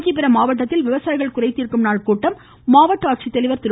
காஞ்சிபுரம் மாவட்டத்தில் விவசாயிகள் குறைதீர்க்கும் நாள் கூட்டம் மாவட்ட ஆட்சித்தலைவர் திரு